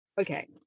Okay